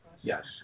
Yes